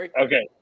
Okay